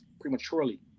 prematurely